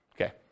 Okay